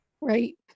Right